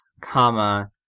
comma